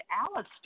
Alistair